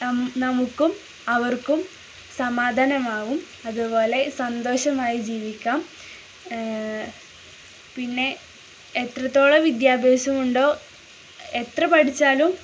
നമുക്കും അവർക്കും സമാധാനമാവും അതുപോലെ സന്തോഷമായി ജീവിക്കാം പിന്നെ എത്രത്തോളം വിദ്യാഭ്യാസമുണ്ടോ എത്ര പഠിച്ചാലും